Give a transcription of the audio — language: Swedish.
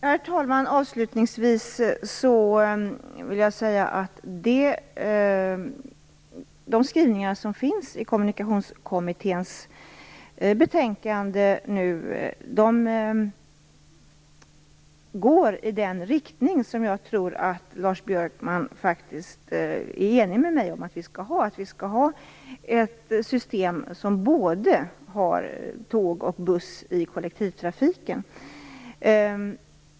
Herr talman! Avslutningsvis vill jag säga att de skrivningar som finns i Kommunikationskommitténs betänkande går i den riktning som jag tror att Lars Björkman faktiskt är enig med mig om att vi skall ha. Vi skall ha ett system som både har tåg och buss i kollektivtrafiken.